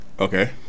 Okay